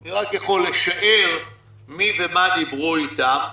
אני רק יכול לשער מי ומה דיברו איתם,